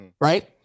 right